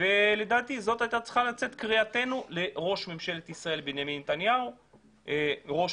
ולדעתי צריכה לצאת קריאתנו לראש ממשלת ישראל בנימין נתניהו וראש